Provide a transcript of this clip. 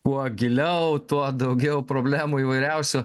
kuo giliau tuo daugiau problemų įvairiausių